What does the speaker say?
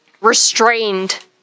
restrained